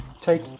take